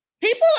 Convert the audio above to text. People